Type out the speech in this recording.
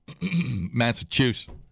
Massachusetts